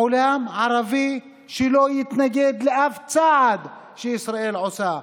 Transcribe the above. עולם ערבי שלא יתנגד לאף צעד שישראל עושה,